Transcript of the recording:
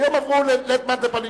היום עברו, לית מאן דפליג,